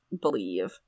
believe